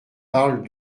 parlent